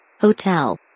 Hotel